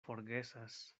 forgesas